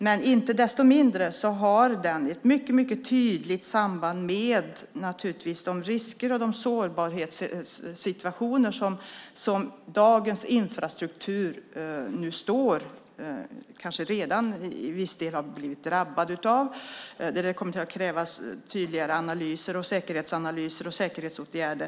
Men inte desto mindre har den naturligtvis ett mycket tydligt samband med de risker och de sårbarhetssituationer som dagens infrastruktur nu står inför och kanske till viss del redan har blivit drabbad av. Det kommer att krävas tydligare säkerhetsanalyser och säkerhetsåtgärder.